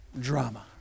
drama